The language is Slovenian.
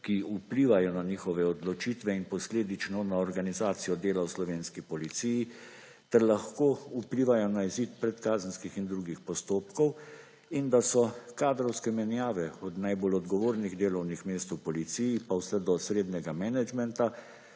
ki vplivajo na njihove odločitve in posledično na organizacijo dela v slovenski policiji, ter lahko vplivajo na izid predkazenskih in drugih postopkov; in da so kadrovske menjave od najbolj odgovornih delovnih mest v policiji pa vse do srednjega menedžmenta